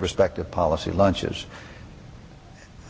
respective policy lunches